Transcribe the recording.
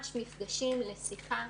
נפגשים ממש לשיחה,